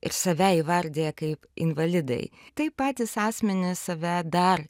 ir save įvardija kaip invalidai tai patys asmenys save dar